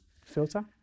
filter